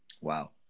Wow